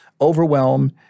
overwhelm